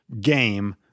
Game